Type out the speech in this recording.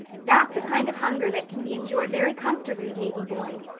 that's a kind of hunger that can be endured very comfortably, davy-boy.